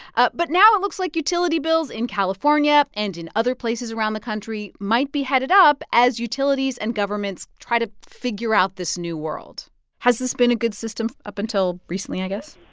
but now it looks like utility bills in california and in other places around the country might be headed up as utilities and governments try to figure out this new world has this been a good system up until recently, i guess?